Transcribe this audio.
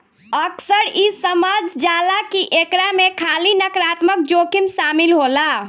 अक्सर इ समझल जाला की एकरा में खाली नकारात्मक जोखिम शामिल होला